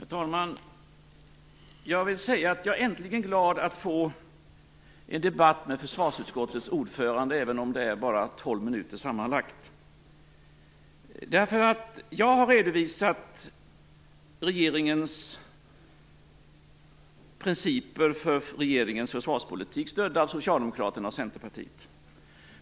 Herr talman! Jag vill säga att jag är glad att äntligen få en debatt med försvarsutskottets ordförande, även om det bara blir tolv minuter sammanlagt. Jag har redovisat principerna för regeringens försvarspolitik, stödda av Socialdemokraterna och Centerpartiet.